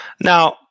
Now